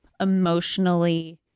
emotionally